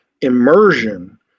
immersion